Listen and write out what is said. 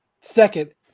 second